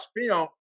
film